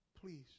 Please